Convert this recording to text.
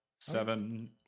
Seven